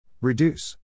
Reduce